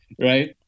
right